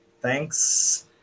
Thanks